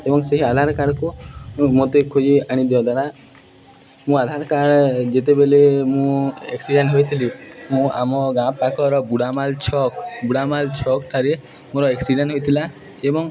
ଏବଂ ସେହି ଆଧାର କାର୍ଡ଼କୁ ମୋତେ ଖୋଜି ଆଣିଦିଅ ଦାଦା ମୁଁ ଆଧାର କାର୍ଡ଼ ଯେତେବେଲେ ମୁଁ ଆକ୍ସିଡ଼େଣ୍ଟ ହୋଇଥିଲି ମୁଁ ଆମ ଗାଁ ପାଖର ବୁଢ଼ାମାଲ୍ ଛକ୍ ବୁଢ଼ାମାଲ୍ ଛକ୍ଠାରେ ମୋର ଆକ୍ସିଡ଼େଣ୍ଟ ହୋଇଥିଲା ଏବଂ